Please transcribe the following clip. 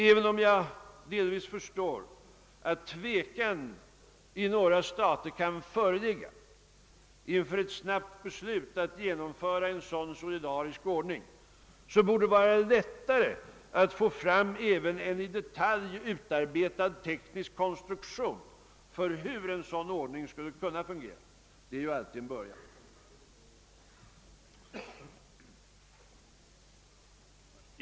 även om jag delvis förstår att tvekan kan föreligga i några stater inför ett snabbt beslut om att genomföra en sådan solidarisk ordning, anser jag att det borde vara lättare att få fram en även i detalj utarbetad teknisk konstruktion för hur en sådan ordning skulle kunna fungera. Det är ju alltid en början.